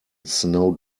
snow